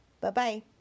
Bye-bye